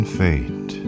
fate